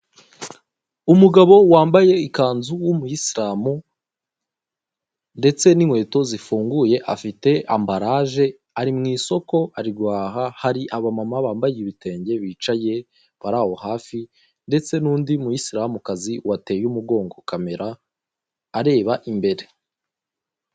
umugabo wambaye ikanzu w'umuyisiramu ndetse n'inkweto zifunguye afite ambaraje ari mu isoko ari guhaha hari abamama bambaye ibite nge bicaye hasi ndetse n'undi muyisiramukazi wateye umugongo kamera areba imbere.